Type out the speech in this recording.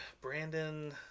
Brandon